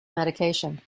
medication